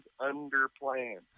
underplan